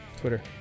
Twitter